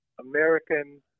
American